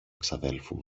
εξαδέλφου